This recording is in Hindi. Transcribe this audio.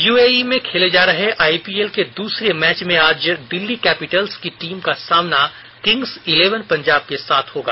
यूएई में खेले जा रहे आइपीएल के दूसरे मैच में आज दिल्ली कैपिटल्स की टीम का सामना किंग्स इलेवन पंजाब के साथ होगा